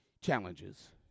challenges